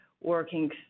working